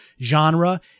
genre